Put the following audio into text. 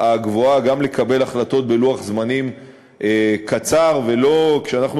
הגבוהה גם לקבל החלטות בלוח-זמנים קצר ולא כשאנחנו